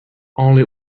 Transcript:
only